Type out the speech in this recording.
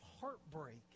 heartbreak